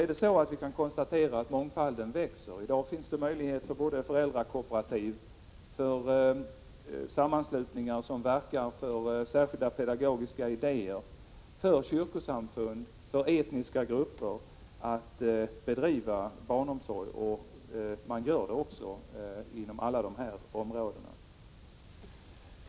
Ändå kan vi konstatera att mångfalden växer. I dag finns det möjligheter för föräldrakooperativ, för sammanslutningar som verkar för särskilda pedagogiska idéer, för kyrkosamfund och för etniska grupper att bedriva barnomsorg, och man gör det också inom alla dessa områden.